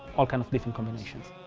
all kinds of different combinations.